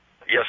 Yes